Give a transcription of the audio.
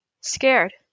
scared